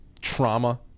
trauma